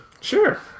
Sure